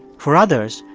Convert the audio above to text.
for others,